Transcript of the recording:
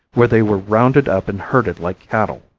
where they were rounded up and herded like cattle.